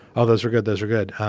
oh, those are good. those are good.